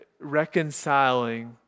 reconciling